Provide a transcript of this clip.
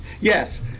yes